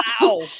Wow